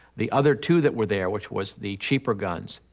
the other two that were there, which was the cheaper guns,